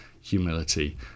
humility